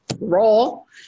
role